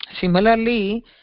similarly